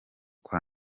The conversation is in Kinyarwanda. kwa